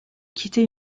quitter